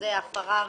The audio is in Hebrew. שזו הפרה ראשונה.